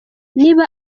niba